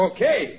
Okay